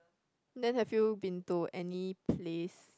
then have you been to any place